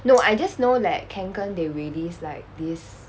no I just know that kanken they release like this